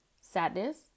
sadness